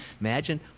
imagine